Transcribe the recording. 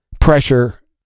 pressure